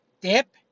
dip